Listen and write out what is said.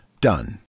Done